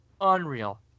Unreal